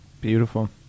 Beautiful